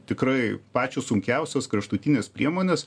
tikrai pačios sunkiausios kraštutinės priemonės